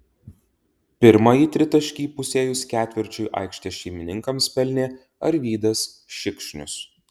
pirmąjį tritaškį įpusėjus ketvirčiui aikštės šeimininkams pelnė arvydas šikšnius